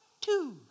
two